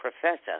professor